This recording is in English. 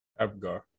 Abgar